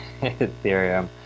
Ethereum